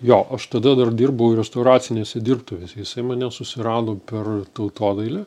jo aš tada dar dirbau restauracinėse dirbtuvėse jisai mane susirado per tautodailę